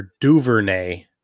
Duvernay